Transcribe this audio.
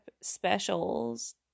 specials